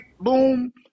Boom